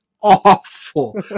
awful